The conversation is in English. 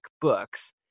Books